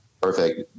perfect